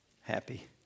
happy